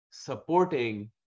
supporting